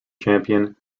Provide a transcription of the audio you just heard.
champion